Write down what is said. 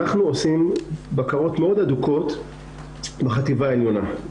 אנחנו עושים בקרות מאוד הדוקות בחטיבה העליונה.